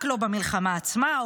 רק לא במלחמה עצמה,